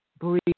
breathe